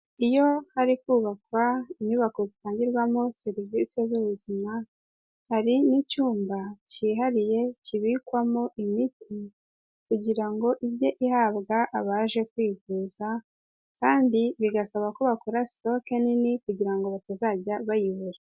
Iyo hari kubakwa inyubako zitangirwamo serivise z'ubuzima hari n'icyumba cyihariye kibikwamo imiti kugira ngo ijye ihabwa abaje kwivuza kandi bigasaba ko bakora sitoke nini kugira ngo batazajya bayibura.